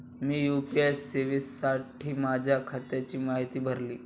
मी UPI सेवेसाठी माझ्या खात्याची माहिती भरली